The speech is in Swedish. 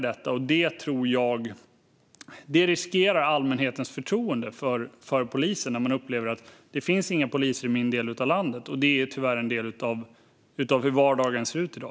Det riskerar allmänhetens förtroende för polisen om man upplever att det inte finns några poliser i den del av landet där man bor - något som tyvärr är en del av hur vardagen ser ut i dag.